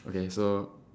okay so